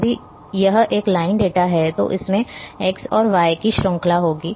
यदि यह एक लाइन डेटा है तो इसमें x और y की श्रृंखला होगी